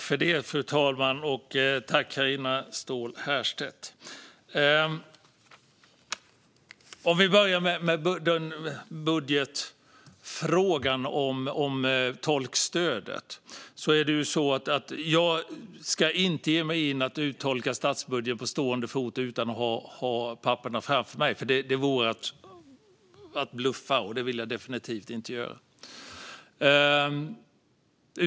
Fru talman! Tack, Carina Ståhl Herrstedt! Jag börjar med budgetfrågan och tolkstödet. Jag ska inte ge mig in på att på stående fot och utan att ha papperen framför mig tolka statsbudgeten. Det vore att bluffa, och det vill jag definitivt inte göra.